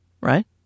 right